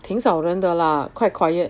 挺少人的 lah quite quiet